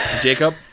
Jacob